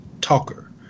talker